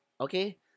okay